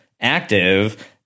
Active